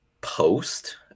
post